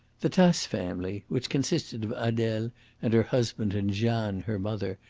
the tace family, which consisted of adele and her husband and jeanne, her mother,